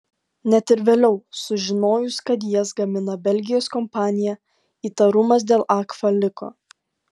net ir vėliau sužinojus kad jas gamina belgijos kompanija įtarumas dėl agfa liko